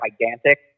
gigantic